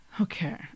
Okay